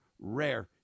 rare